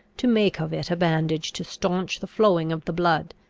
to make of it a bandage to staunch the flowing of the blood.